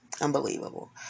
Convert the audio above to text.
unbelievable